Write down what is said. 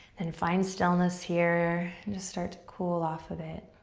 and find stillness here and just start to cool off a bit.